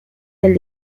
del